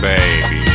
Baby